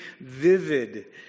vivid